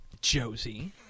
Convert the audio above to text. Josie